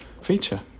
feature